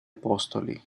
apostoli